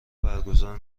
برگزار